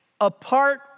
apart